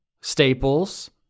Staples